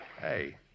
Hey